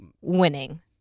winning